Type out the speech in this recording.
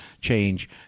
change